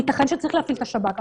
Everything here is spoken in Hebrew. ייתכן שצריך להפעיל את השב"כ.